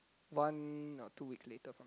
one or two weeks later